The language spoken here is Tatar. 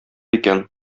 икән